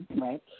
Right